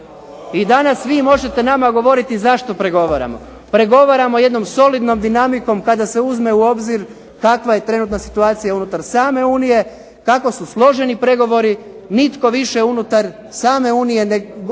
I danas vi možete nama govoriti zašto pregovaramo. Pregovaramo jednom solidnom dinamikom, kada se uzme u obzir kakva je trenutna situacija unutar same Unije, kako su složeni pregovori, nitko više unutar same Unije, jasno